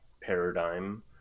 paradigm